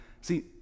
see